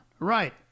Right